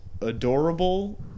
adorable